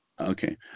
Okay